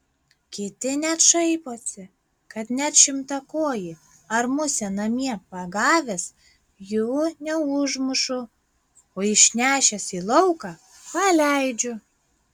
kiti net šaiposi kad net šimtakojį ar musę namie pagavęs jų neužmušu o išnešęs į lauką paleidžiu